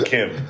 Kim